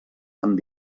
amb